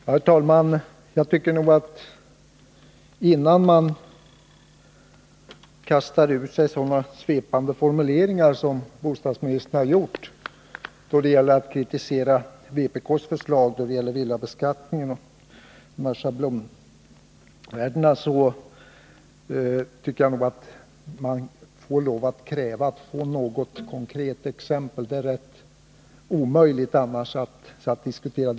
Herr talman! När någon med så svepande formuleringar som bostadsministern använde kritiserar vpk:s förslag om villabeskattningen och schablonvärdena tycker jag nog att man kan kräva att få något konkret exempel, annars är det omöjligt att diskutera.